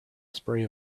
spray